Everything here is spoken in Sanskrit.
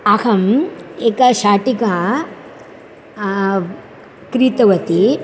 अहम् एकां शाटिकां क्रीतवती